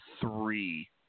three